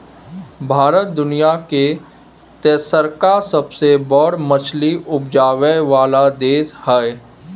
भारत दुनिया के तेसरका सबसे बड़ मछली उपजाबै वाला देश हय